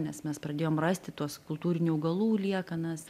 nes mes pradėjom rasti tuos kultūrinių augalų liekanas